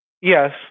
Yes